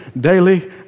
Daily